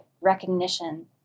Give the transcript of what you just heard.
recognition